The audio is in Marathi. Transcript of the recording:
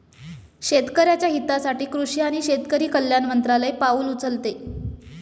शेतकऱ्याच्या हितासाठी कृषी आणि शेतकरी कल्याण मंत्रालय पाउल उचलते